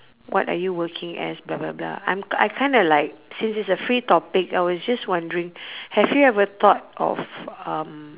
what are you working as blah blah blah I'm I kinda like since it's a free topic I was just wondering have you ever thought of um